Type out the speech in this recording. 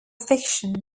fiction